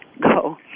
go